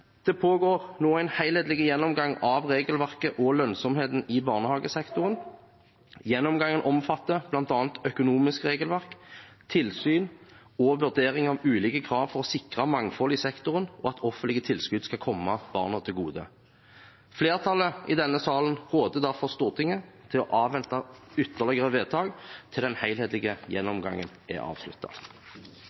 Det pågår nå en helhetlig gjennomgang av regelverket og lønnsomheten i barnehagesektoren. Gjennomgangen omfatter bl.a. økonomisk regelverk, tilsyn og vurdering av ulike krav for å sikre mangfold i sektoren og at offentlige tilskudd skal komme barna til gode. Flertallet i denne salen råder derfor Stortinget til å avvente ytterligere vedtak til den helhetlige gjennomgangen er